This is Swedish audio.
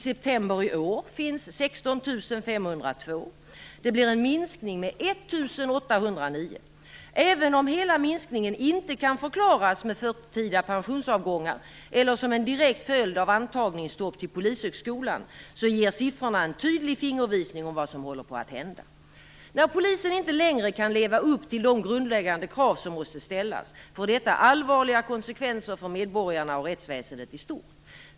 september i år finns 16 502. Det blir en minskning med 1 809. Även om hela minskningen inte kan förklaras med förtidiga pensionsavgångar eller som en direkt följd av antagningsstopp till Polishögskolan ger siffrorna en tydlig fingervisning om vad som håller på att hända. När polisen inte längre kan leva upp till de grundläggande krav som måste ställas får detta allvarliga konsekvenser för medborgarna och rättsväsendet i stort.